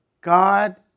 God